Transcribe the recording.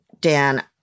Dan